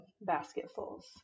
basketfuls